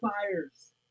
fires